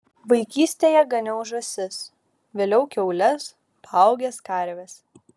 vaikystėje ganiau žąsis vėliau kiaules paaugęs karves